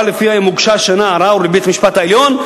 שלפיה אם הוגש השנה ערר לבית-המשפט העליון,